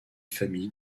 famille